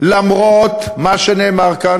למרות מה שנאמר כאן,